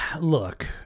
look